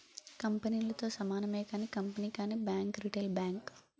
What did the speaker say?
కంపెనీలతో సమానమే కానీ కంపెనీ కానీ బ్యాంక్ రిటైల్ బ్యాంక్